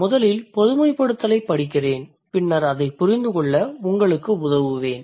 முதலில் பொதுமைப்படுத்தலைப் படிக்கிறேன் பின்னர் அதைப் புரிந்துகொள்ள உங்களுக்கு உதவுவேன்